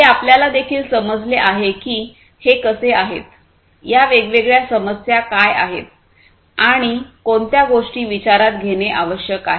हे आपल्याला देखील समजले आहे की हे कसे आहेत या वेगवेगळ्या समस्या काय आहेत आणि कोणत्या गोष्टी विचारात घेणे आवश्यक आहे